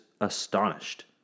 astonished